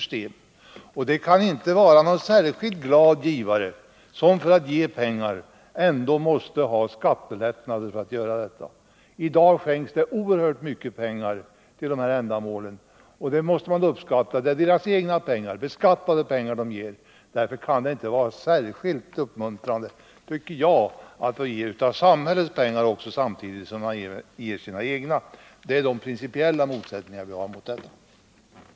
Det kan inte vara någon särskilt glad givare som kräver skattelättnader för att lämna sitt bidrag. I dag skänks det oerhört mycket pengar till de aktuella ändamålen, och det måste man uppskatta. Det är fråga om givarnas egna obeskattade pengar. Men då tycker jag att det inte kan ligga någon särskild uppmuntran i att det, samtidigt som man ger av egna pengar, också lämnas bidrag av samhällets pengar. Det är de principiella invändningar vi har emot detta förslag.